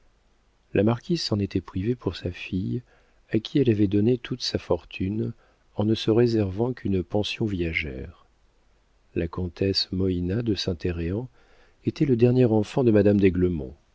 la marquise s'en était privée pour sa fille à qui elle avait donné toute sa fortune en ne se réservant qu'une pension viagère la comtesse moïna de saint héreen était le dernier enfant de madame